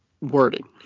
wording